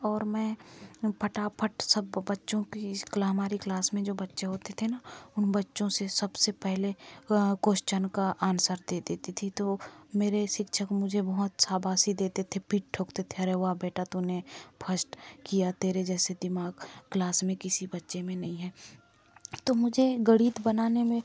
और मैं फटाफट सब बच्चों की हमारी क्लास में जो बच्चे होते थे ना उन बच्चों से सबसे पहले क्वोश्चन का आंसर दे देती थी तो वो मेरे शिक्षक मुझे बहुत शाबाशी देते थे पीठ ठोकते थे अरे वाह तूने फर्स्ट किया तेरे जैसे दिमाग क्लास में किसी बच्चे में नहीं हैं तो मुझे गणित बनाने में